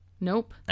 Nope